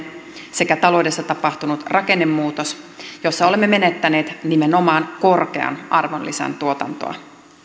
sekä taloudessa tapahtunut rakennemuutos jossa olemme menettäneet nimenomaan korkean arvonlisän tuotantoa